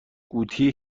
قوطی